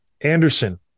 Anderson